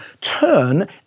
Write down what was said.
turn